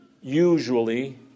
usually